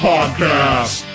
Podcast